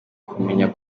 kumenya